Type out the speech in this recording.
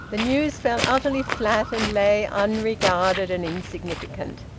the news fell utterly flat and lay unregarded and insignificant.